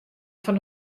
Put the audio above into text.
fan